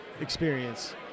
experience